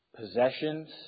possessions